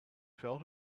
fell